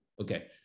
Okay